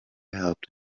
helped